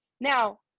Now